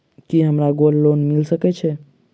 की हमरा gold loan मिल सकैत ये?